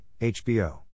HBO